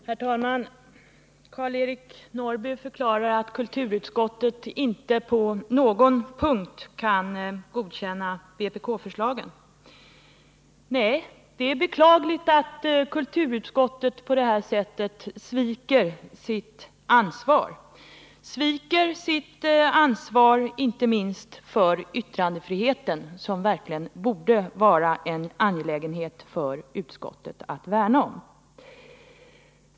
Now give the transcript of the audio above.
Herr talman! Karl-Eric Norrby förklarar att kulturutskottet inte på någon punkt kan tillstyrka vpk-förslagen. Det är beklagligt att kulturutskottet på det sättet sviker sitt ansvar, inte minst ansvaret för yttrandefriheten, som verkligen borde vara en angelägenhet för utskottet att värna om.